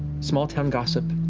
small town gossip,